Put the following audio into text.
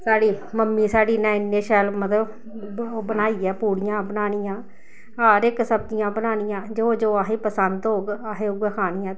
साढ़ी मम्मी साढ़ी ने इन्ने शैल मतलब पूड़ियां बनानियां हर इक सब्जियां बनानियां जो जो असें गी पसंद होग असें उ'यै खानियां